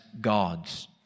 gods